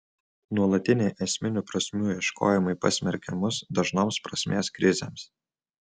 nuolatiniai esminių prasmių ieškojimai pasmerkia mus dažnoms prasmės krizėms